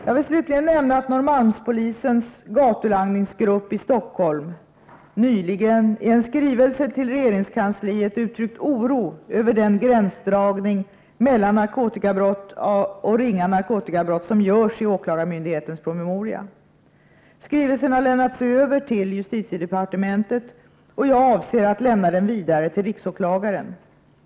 Jag vill slutligen nämna att Norrmalmspolisens gatulangningsgrupp i Stockholm nyligen i en skrivelse till regeringskansliet uttryckt oro över den gränsdragning mellan narkotikabrott och ringa narkotikabrott som görs i åklagarmyndighetens promemoria. Skrivelsen har lämnats över till justitiedepartementet, och jag avser att lämna den vidare till riksåklagaren.